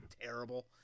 terrible